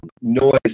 noise